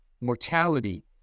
mortality